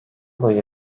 boyu